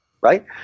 right